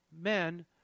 men